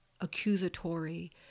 accusatory